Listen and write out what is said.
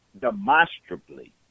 demonstrably